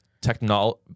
technology